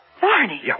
Barney